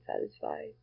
satisfied